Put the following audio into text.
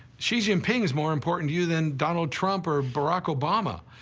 xi jinping is more important to you than donald trump or barack obama.